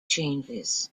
changes